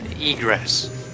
egress